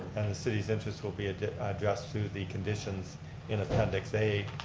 and the city's interests will be ah addressed to the conditions in appendix a.